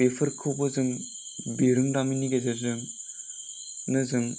बेफोरखौबो जों बिरोंदामिननि गेजेरजोंनो जों